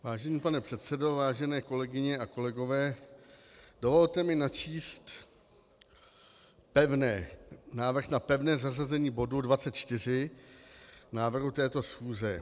Vážený pane předsedo, vážené kolegyně a kolegové, dovolte mi načíst návrh na pevné zařazení bodu 24 návrhu této schůze.